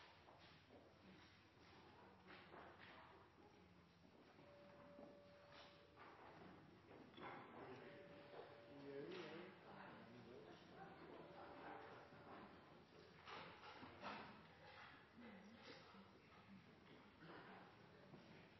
takk